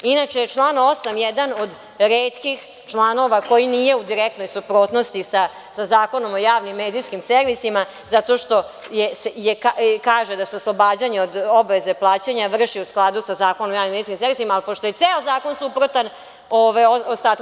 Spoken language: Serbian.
Inače, član 8. je jedan od retkih članova koji nije u direktnoj suprotnosti sa Zakonom o javnim medijskim servisima, zato što kaže da se oslobađanje od obaveze plaćanja vrši u skladu sa Zakonom o javnim medijskim servisima, ali pošto je ceo zakon suprotan ostatku…